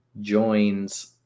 joins